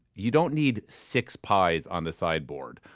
you don't need six pies on the sideboard.